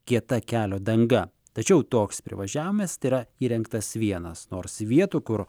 kieta kelio danga tačiau toks privažiavimas tėra įrengtas vienas nors vietų kur